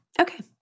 Okay